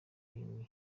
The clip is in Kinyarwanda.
irindwi